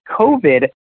COVID